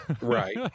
Right